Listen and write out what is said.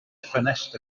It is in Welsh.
ffenest